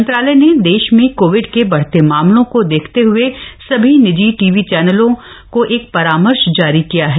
मंत्रालय ने देश में कोविड के बढते मामलों को देखते हुए सभी निजी टेलीविजन चैनलों को एक परामर्श जारी किया है